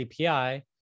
API